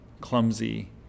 clumsy